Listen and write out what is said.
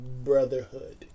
Brotherhood